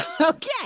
Okay